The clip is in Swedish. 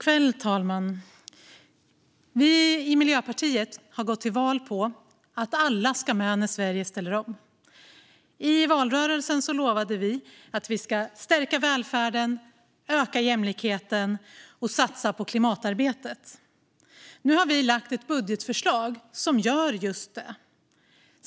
Fru talman! Vi i Miljöpartiet har gått till val på att alla ska med när Sverige ställer om. I valrörelsen lovade vi att stärka välfärden, öka jämlikheten och satsa på klimatarbetet. Nu har vi lagt ett budgetförslag som gör just det.